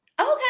Okay